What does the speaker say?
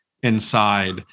inside